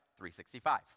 365